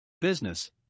business